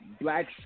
black